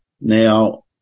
now